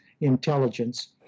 intelligence